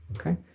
Okay